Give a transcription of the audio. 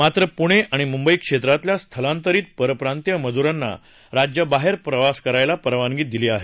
मात्र पुणे आणि मुंबई क्षेत्रातल्या स्थलांतरित परप्रांतीय मजुरांना राज्याबाहेर प्रवास करायला परवानगी दिली आहे